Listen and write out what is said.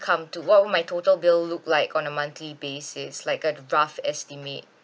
come to what would my total bill look like on a monthly basis like a rough estimate